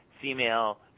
female